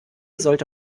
sollte